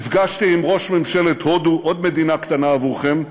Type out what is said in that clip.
נפגשתי עם ראש ממשלת הודו, עוד מדינה קטנה עבורכם,